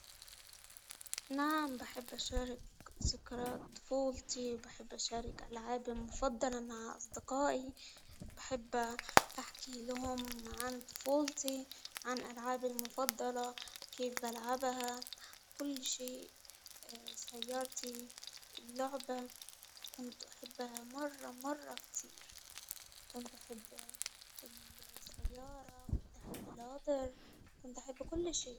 نعم بحب أشارك ذكريات فوزي بحب أشارك ألعاب مفضلا مع أصدقائي، بحب أحكي لهم عن فوزي عن العابي المفضلة. كيف بلعبها؟ كل شيء سيارتي اللعبة كنت أحبها مرة مرة كتير، كنت أحبها في الطيارة كنت بحب الأبيض، كنت أحب كل شيء.